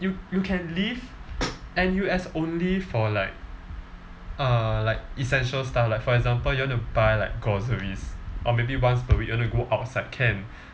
you you can leave N_U_S only for like uh like essential stuff like for example you want to buy like groceries or maybe once per week you want to go outside can